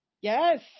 Yes